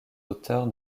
auteurs